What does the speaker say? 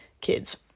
kids